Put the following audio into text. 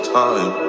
time